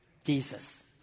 Jesus